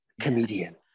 comedian